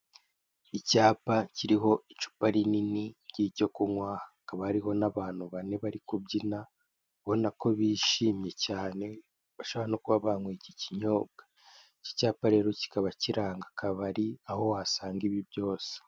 Icyapa kiriho icupa rinini ry'icyo kunywa, hakaba hariho n'abantu bane bari kubyina, ubona ko bishimye cyane, bashobora no kuba banyweye iki kinyobwa, iki cyapa rero kikaba kiranga akabari aho wasanga ibi byose.